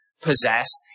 possessed